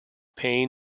pain